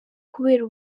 kubera